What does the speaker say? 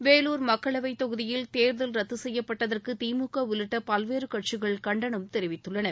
வேலூர் மக்களவைத் தொகுதியில் தேர்தல் ரத்து செய்யப்பட்டதற்கு திமுக உள்ளிட்ட பல்வேறு கட்சிகள் கண்டனம் தெரிவித்துள்ளன